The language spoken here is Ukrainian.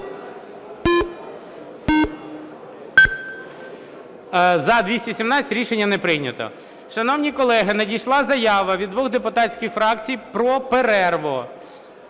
За-217 Рішення не прийнято. Шановні колеги, надійшла заява від двох депутатських фракцій про перерву,